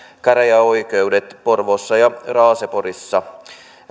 käräjäoikeudet porvoossa ja raaseporissa